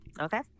okay